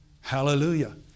Hallelujah